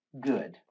good